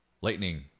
lightning